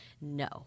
no